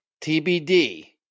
TBD